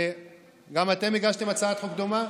גם אתם הגשתם חוק דומה?